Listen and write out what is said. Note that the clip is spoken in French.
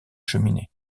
cheminée